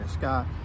Scott